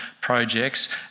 projects